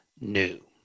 new